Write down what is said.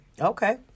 Okay